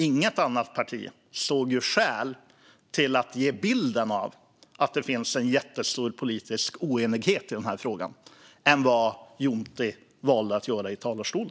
Inget annat parti såg ju skäl att ge bilden av att det finns en jättestor politisk oenighet i den här frågan, som Juntti valde att göra.